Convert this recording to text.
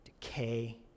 decay